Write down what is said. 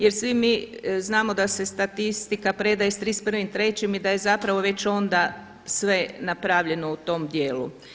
Jer svi mi znamo da se statistika predaje sa 31.3. i da je zapravo već onda napravljeno u tom dijelu.